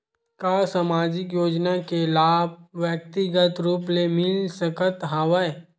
का सामाजिक योजना के लाभ व्यक्तिगत रूप ले मिल सकत हवय?